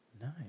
Nice